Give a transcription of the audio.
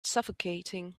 suffocating